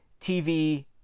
TV